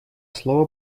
слово